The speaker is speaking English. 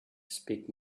speak